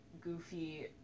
goofy